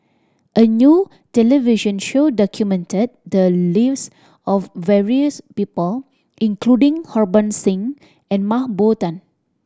a new television show documented the lives of various people including Harbans Singh and Mah Bow Tan